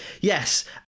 Yes